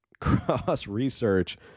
cross-research